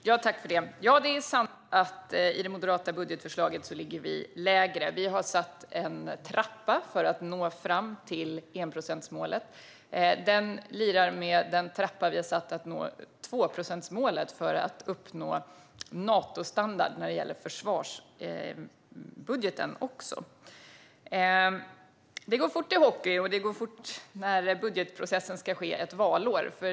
Fru talman! Det är sant att vi ligger lägre i det moderata budgetförslaget. Vi har satt en trappa för att nå fram till enprocentsmålet. Den lirar med den trappa vi har satt för att vi ska nå tvåprocentsmålet, för att uppnå Natostandard också när det gäller försvarsbudgeten. Det går fort i hockey, och det går fort när budgetprocessen ska ske under ett valår.